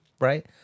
Right